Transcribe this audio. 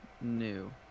New